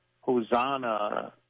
Hosanna